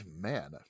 man